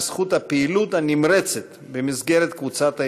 בזכות הפעילות הנמרצת במסגרת קבוצת הידידות.